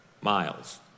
miles